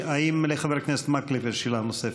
האם לחבר הכנסת מקלב יש שאלה נוספת?